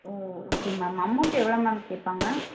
ஓ okay ma'am amount எவ்வளோ ma'am கேட்பாங்க